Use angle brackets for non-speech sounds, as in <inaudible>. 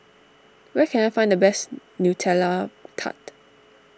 where can I find the best <hesitation> Nutella Tart